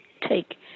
take